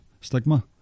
stigma